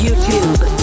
YouTube